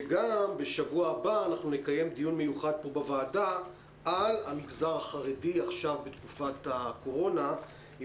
וגם בשבוע הבא נקיים פה דיון מיוחד על המגזר החרדי בתקופת הקורונה עם